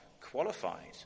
qualified